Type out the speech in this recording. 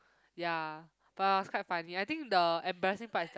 ya but was quite funny I think the embarrassing part is the